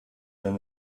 than